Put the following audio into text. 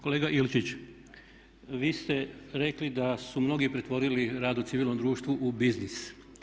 Kolega Ilčić, vi ste rekli da su mnogi pretvorili rad u civilnom društvu u biznis.